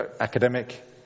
academic